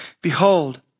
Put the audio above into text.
Behold